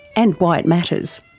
and why it matters.